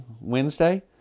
Wednesday